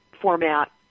format